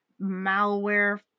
malware